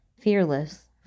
fearless